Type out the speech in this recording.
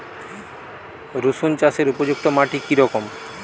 রুসুন চাষের উপযুক্ত মাটি কি রকম?